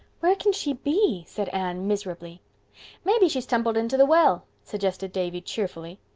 where can she be? said anne miserably maybe she's tumbled into the well, suggested davy cheerfully.